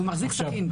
שהוא מחזיק סכין...